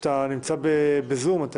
כי כשאתה נמצא בזום בהיוועדות חזותית,